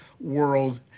world